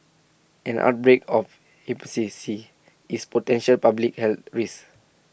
an outbreak of C C is potential public health risk